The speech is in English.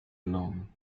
along